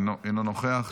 אינו נוכח,